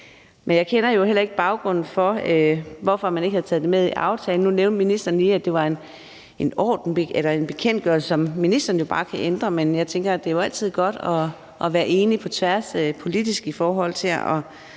Jeg kender ikke baggrunden for, hvorfor man ikke havde taget det med i aftalen. Nu nævnte ministeren lige, at det var en bekendtgørelse, som ministeren bare kan ændre, men jeg tænker, at det jo altid er godt at være enige på tværs politisk i forhold til at